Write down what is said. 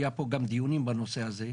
היה פה גם דיונים בנושא הזה.